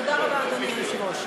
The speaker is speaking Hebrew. תודה רבה, אדוני היושב-ראש.